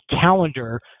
calendar